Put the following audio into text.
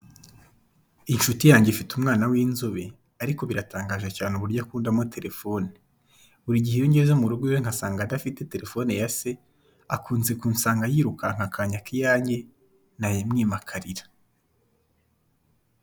Inshuti yange ifite umwana w'inzobe ariko biratangaje cyane uburyo akundamo telefone, buri gihe iyo ngeze mu rugo iwe nkasanga adafite telefone ya se, akunze kunsanga yirukanka akanyaka iyange nayimwima akarira.